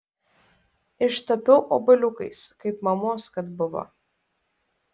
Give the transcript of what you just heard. ištapiau obuoliukais kaip mamos kad buvo